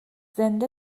زنده